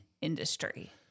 industry